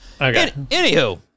Anywho